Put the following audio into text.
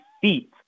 feet